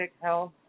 health